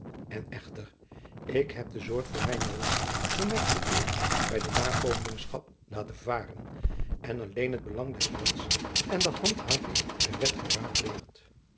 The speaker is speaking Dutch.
en echter ik heb de zorg voor mijnen roem voor mijne eer bij de nakomelingschap laten varen en alleen het belang des lands en de handhaving der wet